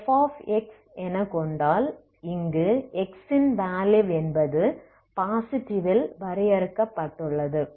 F எனக் கொண்டால் இங்கு x ன் வேலுயு என்பது பாசிட்டிவ் ல் வரையறுக்கப்பட்டுள்ளது